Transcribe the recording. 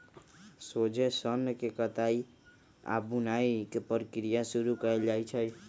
सोझे सन्न के कताई आऽ बुनाई के प्रक्रिया शुरू कएल जाइ छइ